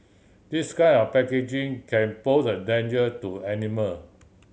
this kind of packaging can pose a danger to animals